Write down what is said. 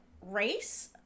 race